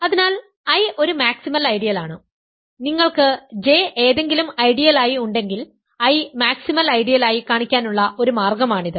അതിനാൽ I ഒരു maximal ഐഡിയലാണ് നിങ്ങൾക്ക് J ഏതെങ്കിലും ഐഡിയൽ ആയി ഉണ്ടെങ്കിൽ I മാക്സിമൽ ഐഡിയൽ ആയി കാണിക്കാനുള്ള ഒരു മാർഗ്ഗം ആണിത്